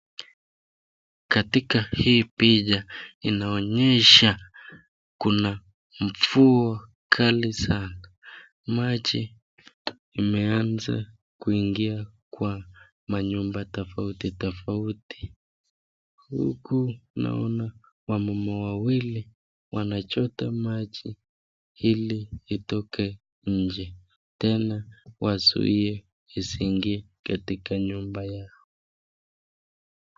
Katika hii picha inaonyesha kuna mvua kali sana. Maji imeanza kuingia kwa manyumba tofauti tofauti. Huku naona wamama wawili wanachota maji ili itoke nje tena wazuie isingie katika nyumba yao.